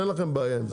אין לכם בעיה עם זה?